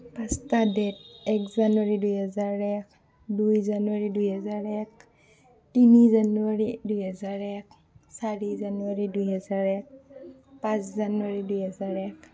পাঁচটা ডেট এক জানুৱাৰী দুহেজাৰ এক দুই জানুৱাৰী দুহেজাৰ এক তিনি জানুৱাৰী দুহেজাৰ এক চাৰি জানুৱাৰী দুহেজাৰ এক পাঁচ জানুৱাৰী দুহেজাৰ এক